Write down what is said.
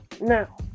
Now